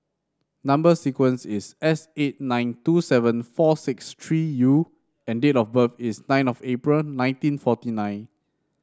number sequence is S eight nine two seven four six three U and date of birth is nine of April nineteen forty nine